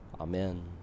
Amen